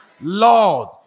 Lord